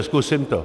Zkusím to.